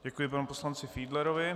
Děkuji panu poslanci Fiedlerovi.